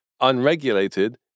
unregulated